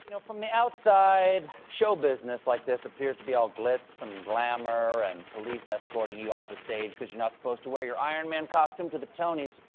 know from the outside show business like this appears to be all glits and glamor and police escorting you off the stage because you're not supposed to wear your ironman costume to the tonys.